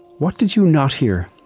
what did you not hear?